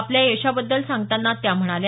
आपल्या या यशाबद्दल सांगतांना त्या म्हणाल्या